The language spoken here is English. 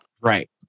Right